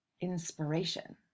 inspiration